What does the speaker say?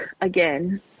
again